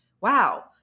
Wow